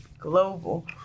Global